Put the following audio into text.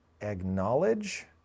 acknowledge